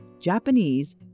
Japanese